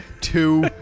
two